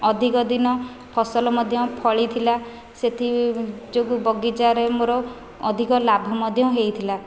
ଅଧିକ ଦିନ ଫସଲ ମଧ୍ୟ ଫଳିଥିଲା ସେଥିଯୋଗୁଁ ବଗିଚାରେ ମୋର ଅଧିକ ଲାଭ ମଧ୍ୟ ହୋଇଥିଲା